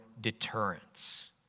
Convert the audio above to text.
deterrence